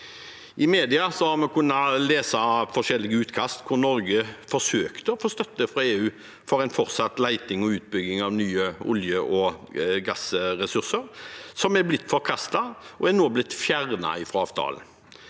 I media har vi kunnet lese forskjellige utkast hvor Norge forsøkte å få støtte fra EU for fortsatt leting etter og utbygging av nye olje- og gassressurser. De ble forkastet, og det er nå fjernet fra avtalen.